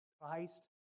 Christ